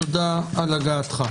תודה על הגעתך.